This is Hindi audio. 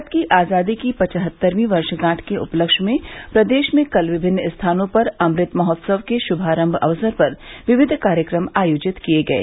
भारत की आज़ादी की पचहत्तरवीं वर्षगांठ के उपलक्ष्य में प्रदेश में कल विमिन्न स्थानों पर अमृत महोत्सव के श्मारम्भ अवसर पर विविध कार्यक्रम आयोजित किये गये